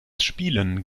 spielen